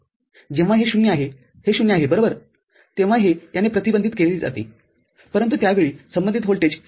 जेव्हा हे ० आहे हे ० आहे बरोबर तेव्हा हे याने प्रतिबंधित केले जाते परंतु त्यावेळी संबंधित व्होल्टेज VB आहे